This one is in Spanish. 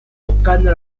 buscando